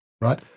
right